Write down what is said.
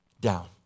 down